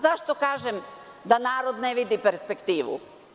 Zašto kažem da narod ne vidi perspektivu?